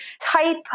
type